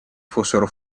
fossero